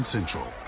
Central